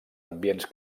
ambients